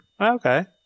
Okay